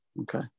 Okay